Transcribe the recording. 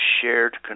shared